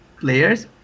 players